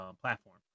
platform